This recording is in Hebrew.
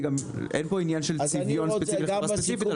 אין פה עניין של צביון ספציפי לחברה ספציפית,